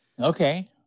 Okay